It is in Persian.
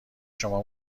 شما